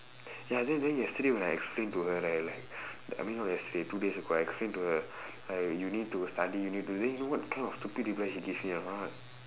ya then then yesterday when I explained to her right like like I mean not yesterday two days ago I explain to her like you need to study you need to then you know what kind of stupid reply she give me or not